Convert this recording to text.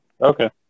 Okay